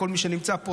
לכל מי שנמצא פה,